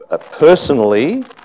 personally